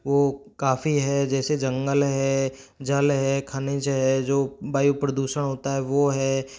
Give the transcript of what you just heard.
वह काफ़ी है जैसे जंगल है जल है खनिज है जो वायु प्रदूषण होता है वह है